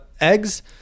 eggs